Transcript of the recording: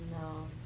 No